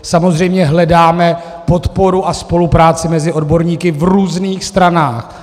Samozřejmě hledáme podporu a spolupráci mezi odborníky v různých stranách.